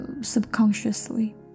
subconsciously